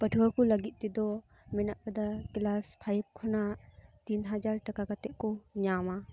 ᱯᱟᱹᱴᱷᱣᱟᱹ ᱠᱚ ᱞᱟᱹᱜᱤᱫ ᱛᱮᱫᱚ ᱢᱮᱱᱟᱜ ᱟᱠᱟᱫᱟ ᱠᱮᱞᱟᱥ ᱯᱷᱟᱭᱤᱵᱽ ᱠᱷᱚᱱᱟᱜ ᱛᱤᱱ ᱦᱟᱡᱟᱨ ᱴᱟᱠᱟ ᱠᱟᱛᱮᱜᱫ ᱠᱚ ᱧᱟᱢᱟ